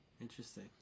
Interesting